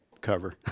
cover